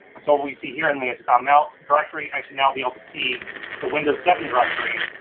so we see here in the mount directory, i should now be able to see the windows seven directory,